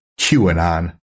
QAnon